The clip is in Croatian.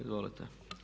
Izvolite.